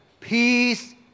Peace